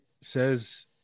says